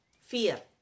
fear